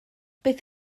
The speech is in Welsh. beth